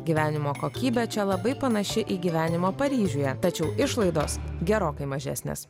gyvenimo kokybė čia labai panaši į gyvenimą paryžiuje tačiau išlaidos gerokai mažesnės